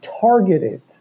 targeted